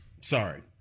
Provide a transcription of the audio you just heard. sorry